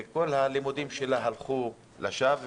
וכל הלימודים שלה הלכו לשווא.